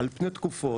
על פני תקופות,